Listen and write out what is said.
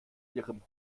ihrem